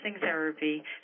therapy